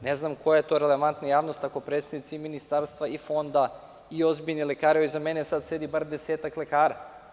Ne znam koja je to relevantna javnost ako predstavnici i ministarstva i Fonda i ozbiljni lekari, evo, iza mene sada sedi bar 10-ak lekara.